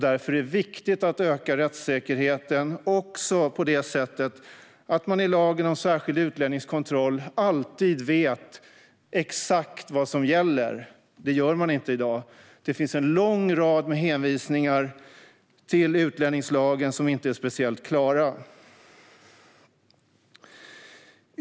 Därför är det viktigt att stärka rättssäkerheten också genom att man i lagen om särskild utlänningskontroll alltid vet exakt vad som gäller. Det gör man inte i dag. Det finns en lång rad med hänvisningar till utlänningslagen som inte är speciellt klara.